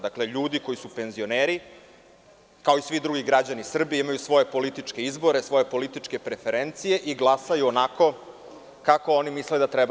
Dakle, ljudi koji su penzioneri, kao i svi drugi građani Srbije, imaju svoj politički izbor, političke preferencije i glasaju onako kako misle da treba.